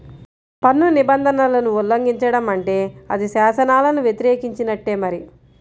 పన్ను నిబంధనలను ఉల్లంఘించడం అంటే అది శాసనాలను వ్యతిరేకించినట్టే మరి